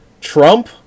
Trump